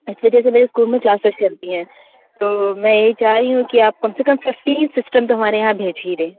इसलिए जैसे मेरे इस्कूल में क्लासेस चलती हैं तो मैं यहीं चाह रही हूँ कि आप कम से कम फिफ्टीन सिस्टम तो हमारे यहाँ भेज ही दें